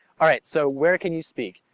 alright so where can you speak?